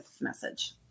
message